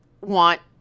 want